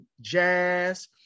jazz